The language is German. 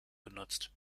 genutzt